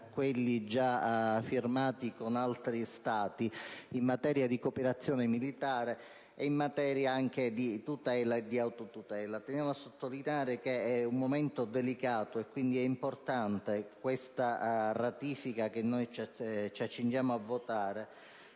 quelli già firmati con altri Stati in materia di cooperazione militare e anche di tutela e di autotutela. Tengo a sottolineare che è un momento delicato e, quindi, è significativa la ratifica che noi ci accingiamo ad